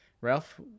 Ralph